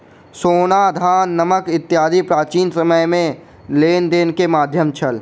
सोना, धान, नमक इत्यादि प्राचीन समय में लेन देन के माध्यम छल